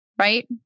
right